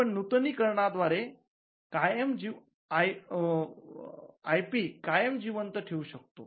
आपण नूतनीकरणाद्वारे आयपी कायम जिवंत ठेवू शकतो